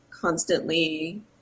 constantly